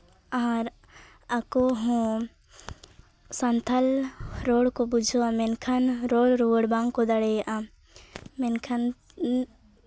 ᱟᱨ ᱟᱠᱚ ᱦᱚᱸ ᱥᱟᱱᱛᱟᱲ ᱨᱚᱲ ᱠᱚ ᱵᱩᱡᱷᱟᱹᱣᱟ ᱢᱮᱱᱠᱷᱟᱱ ᱨᱚᱲ ᱨᱩᱣᱟᱹᱲ ᱵᱟᱝ ᱠᱚ ᱫᱟᱲᱮᱭᱟᱜᱼᱟ ᱢᱮᱱᱠᱷᱟᱱ